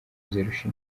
izirusha